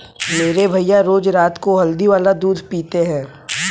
मेरे भैया रोज रात को हल्दी वाला दूध पीते हैं